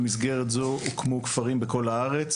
במסגרת זו הוקמו כפרים בכל הארץ,